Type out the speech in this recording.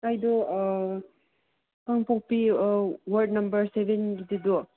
ꯑꯩꯗꯣ ꯀꯥꯡꯄꯣꯛꯄꯤ ward number ꯁꯕꯦꯟꯒꯤꯗꯨꯗꯣ